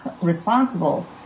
responsible